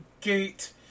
gate